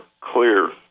clear